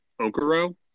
Okoro